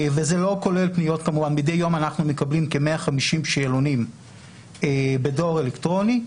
מידי יום אנחנו מקבלים כ-150 שאלונים בדואר אלקטרוני.